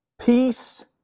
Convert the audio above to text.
Peace